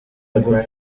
ngo